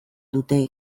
dute